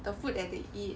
the food that they eat